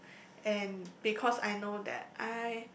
and because I know that I